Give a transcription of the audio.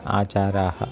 आचाराः